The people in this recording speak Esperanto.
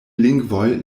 lingvoj